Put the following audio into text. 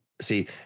see